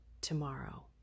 tomorrow